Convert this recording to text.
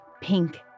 pink